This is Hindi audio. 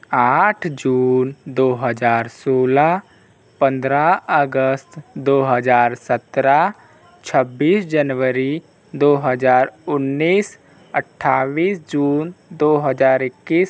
आठ जून दो हज़ार सोलह पंद्रह अगस्त दो हज़ार सत्रह छब्बीस जनवरी दो हज़ार उन्नीस अट्ठाईस जून दो हज़ार इक्कीस